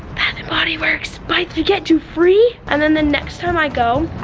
bath and body works, buy two, get two free. and then the next time i go,